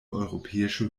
europäische